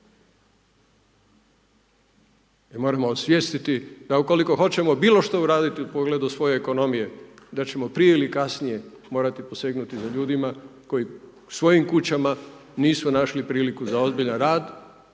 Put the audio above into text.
I moramo osvijestiti da ukoliko hoćemo bilo što uraditi u pogledu svoje ekonomije da ćemo prije ili kasnije morati posegnuti za ljudima koji svojim kućama nisu našli priliku za ozbiljan rad